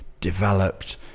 developed